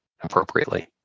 appropriately